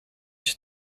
się